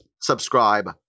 Subscribe